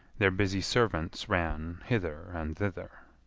their busy servants ran hither and thither.